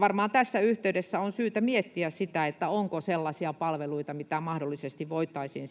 Varmaan tässä yhteydessä on syytä miettiä, onko sellaisia palveluita, mitä mahdollisesti voitaisiin